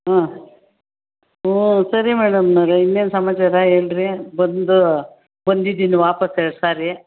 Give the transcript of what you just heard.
ಹಾಂ ಹ್ಞೂ ಸರಿ ಮೇಡಮ್ನವ್ರೆ ಇನ್ನೇನು ಸಮಾಚಾರ ಹೇಳಿರಿ ಬಂದು ಬಂದಿದ್ದೀನಿ ವಾಪಸ್ ಎರಡ್ಸಾರಿ